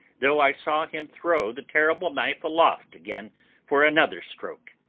though i saw him throw the terrible knife aloft again for another stroke.